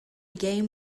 game